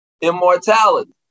immortality